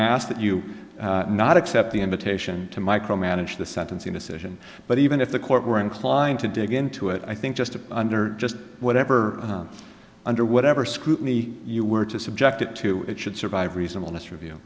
ask that you not accept the invitation to micromanage the sentencing decision but even if the court were inclined to dig into it i think just under just whatever under whatever scrutiny you were to subject it to it should survive reasonableness review